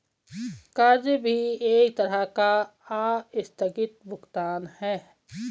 कर्ज भी एक तरह का आस्थगित भुगतान है